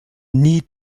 nie